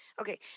Okay